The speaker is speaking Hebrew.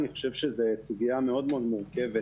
שזו סוגיה מאוד מאוד מורכבת,